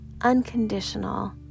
unconditional